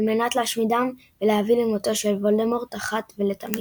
על מנת להשמידם ולהביא למותו של וולדמורט אחת ולתמיד.